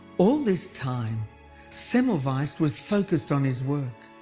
all this time semmelweis was focused on his work.